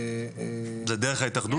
זה דרך ההתאחדות?